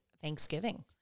thanksgiving